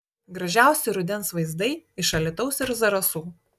gražiausi rudens vaizdai iš alytaus ir zarasų